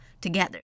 together